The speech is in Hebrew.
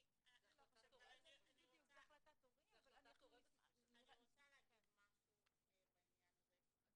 אני רוצה להגיד משהו בעניין הזה.